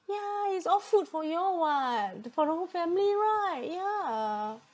yeah is all food for you all [what] the for the whole family right yeah